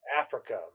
Africa